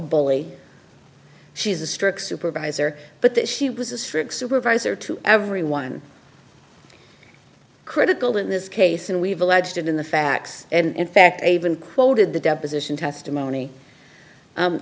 bully she's a strict supervisor but that she was a strict supervisor to everyone critical in this case and we've alleged in the facts and in fact even quoted the deposition testimony